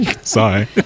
Sorry